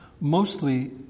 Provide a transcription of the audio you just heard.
mostly